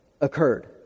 occurred